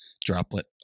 Droplet